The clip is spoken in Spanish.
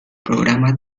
programas